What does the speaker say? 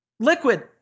Liquid